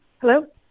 Hello